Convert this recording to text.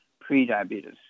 pre-diabetes